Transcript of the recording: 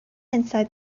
inside